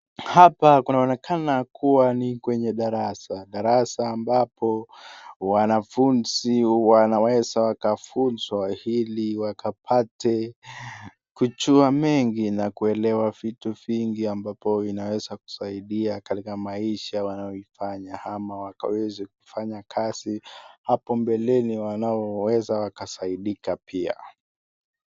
Hapa kunaonekana kuwa ni kwenye darasa. Darasa ambapo wanafunzi wanaweza wakafunzwa hili wakapate kujua mengi na kuelewa vitu vingi ambapo vinaweza kusaidia katika maisha wanayoifanya ama wakaweze kufanya kazi hapo mbeleni wanao weza wakasaidika pia.